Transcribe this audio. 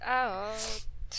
out